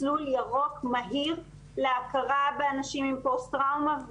מסלול ירוק מהיר להכרה באנשים עם פוסט-טראומה,